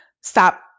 stop